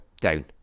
down